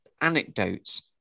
anecdotes